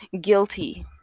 guilty